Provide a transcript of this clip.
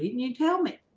you tell me?